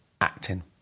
acting